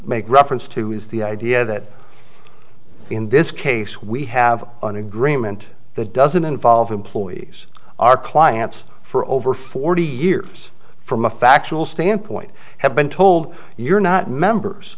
make reference to is the idea that in this case we have an agreement that doesn't involve employees our clients for over forty years from a factual standpoint have been told you're not members